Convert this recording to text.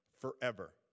forever